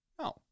No